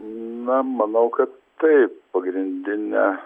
na manau kad taip pagrindinė